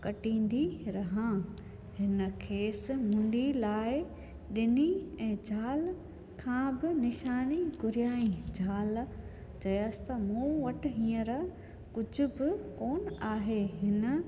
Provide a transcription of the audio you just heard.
काटींदी रहा हिन खेसि मुंडी लाइ ॾिनी ऐं ज़ाल खां बि निशानी घुरियाई ज़ाल चयसि त मूं वटि हींअर कुझु बि कोन आहे हिन